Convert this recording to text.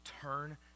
turn